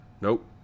Nope